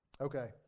Okay